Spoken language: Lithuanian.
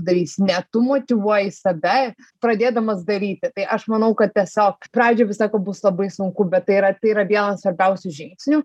darysi ne tu motyvuoji save pradėdamas daryti tai aš manau kad tiesiog pradžioj visą laiką bus labai sunku bet tai yra tai yra vienas svarbiausių žingsnių